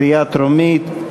קריאה טרומית,